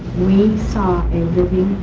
we saw a living,